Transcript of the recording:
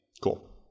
Cool